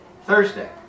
Thursday